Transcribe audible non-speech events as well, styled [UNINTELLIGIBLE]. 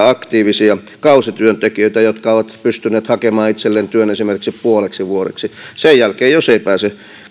[UNINTELLIGIBLE] aktiivisia kausityöntekijöitä jotka ovat pystyneet hakemaan itselleen työn esimerkiksi puoleksi vuodeksi sen jälkeen jos ei pääse